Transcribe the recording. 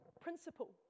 principle